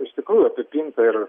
iš tikrųjų apipinta ir